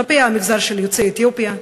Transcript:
כלפי המגזר של יוצאי אתיופיה,